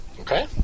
Okay